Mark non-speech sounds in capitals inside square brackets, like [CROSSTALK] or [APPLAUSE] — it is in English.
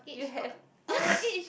you have [NOISE]